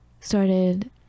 started